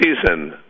season